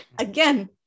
Again